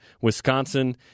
Wisconsin